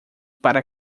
para